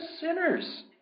sinners